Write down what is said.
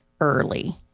early